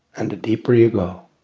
and the deeper you go,